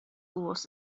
was